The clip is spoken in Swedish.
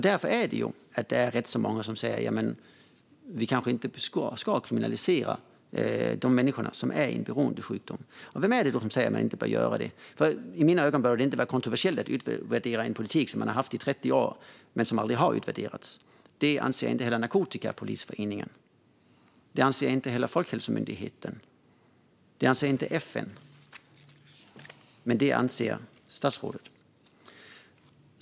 Därför är det många som säger att vi inte ska kriminalisera de människor som har en beroendesjukdom. Vem är det som säger att man inte bör göra det? I mina ögon behöver det inte vara kontroversiellt att utvärdera en politik som har varit rådande i 30 år men som aldrig har utvärderats. Det anser inte heller Narkotikapolisföreningen, Folkhälsomyndigheten eller FN, men det anser statsrådet.